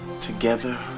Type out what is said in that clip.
Together